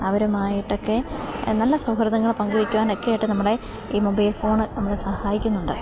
അവരുമായിട്ടൊക്കെ നല്ല സൗഹൃദങ്ങൾ പങ്ക് വെയ്ക്കുവാനുമൊക്കെയായിയിട്ട് നമ്മളെ ഈ മൊബൈൽ ഫോണ് നമ്മളെ സഹായിക്കുന്നുണ്ട്